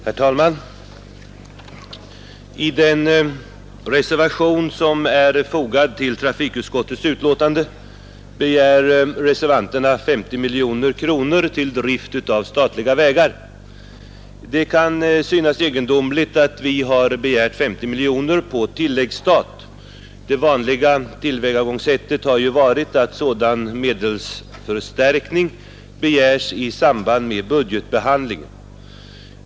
Herr talman! I den reservation som är fogad till trafikutskottets betänkande begär reservanterna 50 miljoner kronor till drift av statliga vägar. Det kan synas egendomligt att vi har begärt 50 miljoner på tilläggsstat; det vanliga tillvägagångssättet har ju varit att sådan medelsförstärkning begärs i samband med budgetbehandlingen.